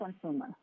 consumer